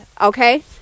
okay